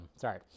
sorry